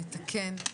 לתקן,